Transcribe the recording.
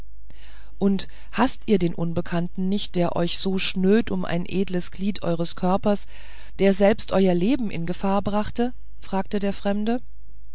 und haßt ihr denn den unbekannten nicht der euch so schnöd um ein so edles glied eures körpers der selbst euer leben in gefahr brachte fragte der fremde